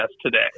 today